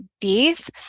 beef